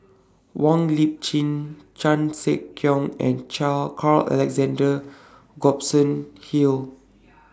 Wong Lip Chin Chan Sek Keong and Carl Alexander Gibson Hill